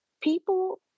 people